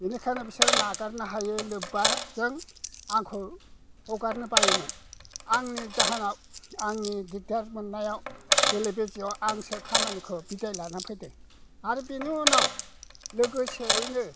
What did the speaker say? बेनिखायनो बिसोर नागारनो हायै लोब्बाजों आखौ हगारनो बायोमोन आंनि जाहोनाव आंनि दिग्दार मोननायाव बेले बेजेआव आंसो खामानिखौ बिदाय लानानै फैदों आरो बेनि उनाव लोगोसेयैनो